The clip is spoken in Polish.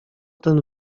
ten